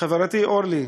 חברתי אורלי,